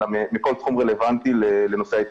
אלא מכל תחום רלוונטי לנושא ההתקשרויות.